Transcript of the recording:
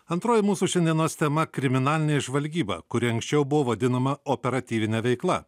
antroji mūsų šiandienos tema kriminalinė žvalgyba kuri anksčiau buvo vadinama operatyvine veikla